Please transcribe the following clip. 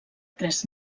tres